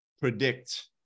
predict